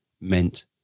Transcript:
meant